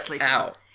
out